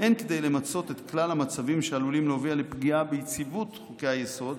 אין כדי למצות את כלל המצבים שעלולים להוביל לפגיעה ביציבות חוקי-היסוד,